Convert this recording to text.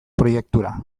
proiektura